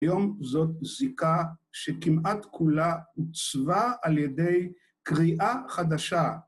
היום זאת זיקה שכמעט כולה עוצבה על ידי קריאה חדשה.